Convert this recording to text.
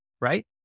right